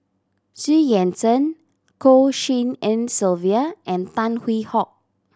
Xu Yuan Zhen Goh Tshin En Sylvia and Tan Hwee Hock